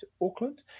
Auckland